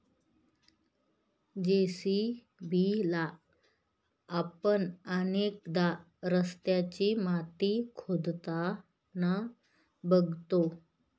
JCB ला आपण अनेकदा रस्त्याची माती खोदताना बघतो